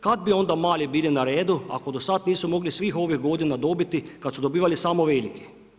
Kad bi onda mali bili na redu ako do sad nisu mogli svih ovih godina dobiti kad su dobivali samo veliki?